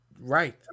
Right